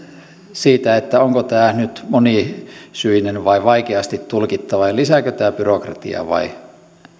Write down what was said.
siitä onko tämä nyt monisyinen tai vaikeasti tulkittava ja lisääkö tämä byrokratiaa vai